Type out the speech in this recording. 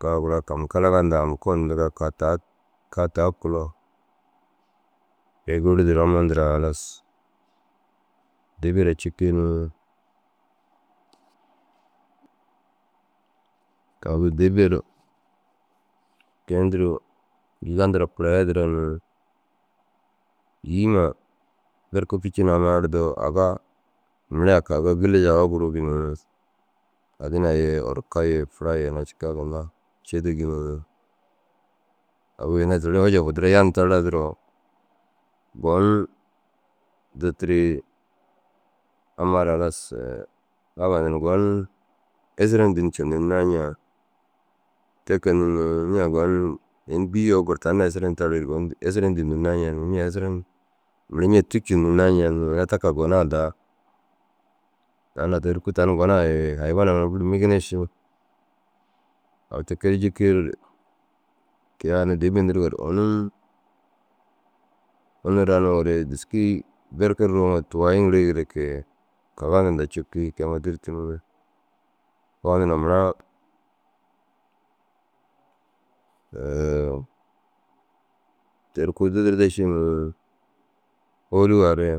kaa gura « kamkalaga nda amgon » indiga kaa taad kaa taa- u kulo kôi gurdi amma nduraa halas Dêebe raa cikii ni agu dêebe ru kôi nduruu yîga nduraa koroya dêra ni. Îyi huma belke ficinnu erdoo aga mere ai kege giliji aga guruugi. Hadina ye orka ye fura ye cikaa ginna cidigi ni. Agu ina ejeba duro yantaraa duro gon duturii amma ru halas « abba nuruu gon ešeren dîndu cendinaa ña? » Te kege yini « ña gon ini bîi ai gor tani na ešeren tarii ru gon ešeren dîninnaa ña ña ešeren mere ña tûlcindinnaa ña nir ni » ina ta kaga gonaa daha tani na ter kuu gonaa ye hayiwanaa ye buru migina ši. Agu tike ru jikii ru kôi ai unnu « dêebe » indiriga ru ônum unnu raniŋoore dîski berke ruuŋore tuwai ŋirigire kege. Kaga nuruu nda cikii kôi ma dûrtuure ni. Kaga nuruu nda mura teri kuu dudrde ši ni hôolu ai re